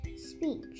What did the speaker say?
speech